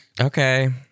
okay